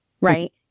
right